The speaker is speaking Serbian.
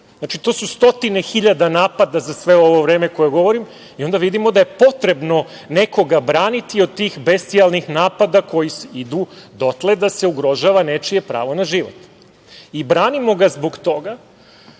to su stotine hiljada napada za sve ovo vreme o kojem govorim, onda vidimo da je potrebno nekoga braniti od tih bestijalnih napada koji idu dotle da se ugrožava nečije pravo na život. Branimo ga zbog toga